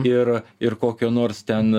ir ir kokio nors ten